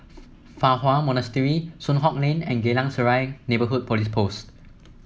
Fa Hua Monastery Soon Hock Lane and Geylang Serai Neighbourhood Police Post